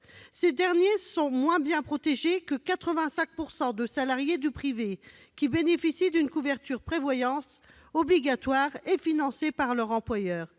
Ces derniers sont moins bien protégés que 85 % des salariés du privé, qui bénéficient d'une couverture prévoyance obligatoire et financée par leur employeur.